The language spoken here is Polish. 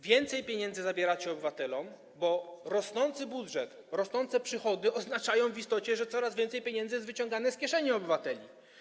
Więcej pieniędzy zabieracie obywatelom, bo rosnący budżet, rosnące przychody oznaczają w istocie, że coraz więcej pieniędzy wyciąga się z kieszeni obywateli.